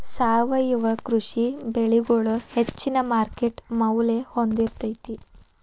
ಸಾವಯವ ಕೃಷಿ ಬೆಳಿಗೊಳ ಹೆಚ್ಚಿನ ಮಾರ್ಕೇಟ್ ಮೌಲ್ಯ ಹೊಂದಿರತೈತಿ